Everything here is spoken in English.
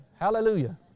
Hallelujah